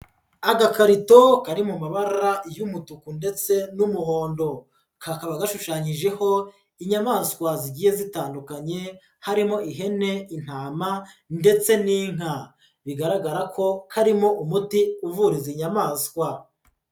Agakarito kari mu mabara y'umutuku ndetse n'umuhondo kakaba gashushanyijeho inyamaswa zigiye zitandukanye harimo ihene, intama ndetse n'inka, bigaragara ko karimo umuti uvura izi nyamaswa.